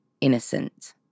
innocent